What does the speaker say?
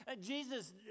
Jesus